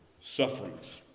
sufferings